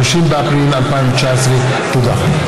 30 באפריל 2019. תודה.